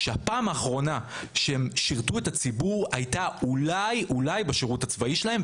שהפעם האחרונה שהם שירתו את הציבור הייתה אולי אולי בשירות הצבאי שלהם,